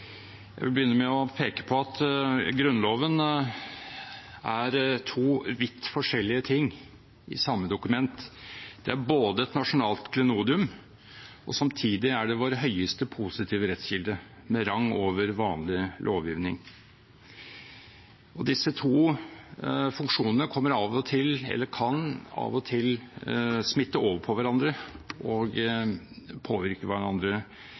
to vidt forskjellige ting i samme dokument. Det er et nasjonalt klenodium, og det er samtidig vår høyeste positive rettskilde, med rang over vanlig lovgivning. Disse to funksjonene kan av og til smitte over på hverandre og påvirke hverandre